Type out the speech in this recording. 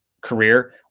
career